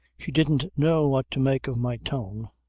she didn't know what to make of my tone.